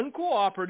uncooperative